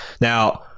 Now